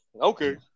Okay